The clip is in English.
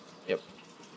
yep